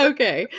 Okay